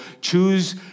choose